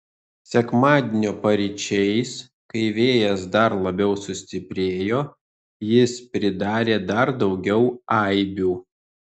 sekmadienio paryčiais kai vėjas dar labiau sustiprėjo jis pridarė dar daugiau aibių